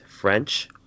French